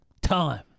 Time